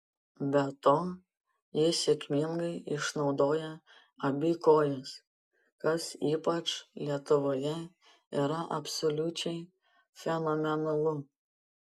be to jis sėkmingai išnaudoja abi kojas kas ypač lietuvoje yra absoliučiai fenomenalu